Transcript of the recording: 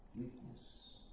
weakness